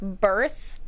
birth